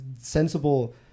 sensible